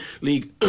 league